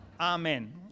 Amen